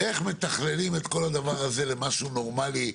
איך מתכללים את כל הדבר הזה למשהו נורמלי,